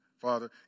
Father